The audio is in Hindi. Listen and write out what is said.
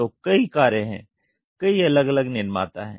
तो कई कारें हैं कई अलग अलग निर्माता हैं